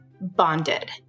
bonded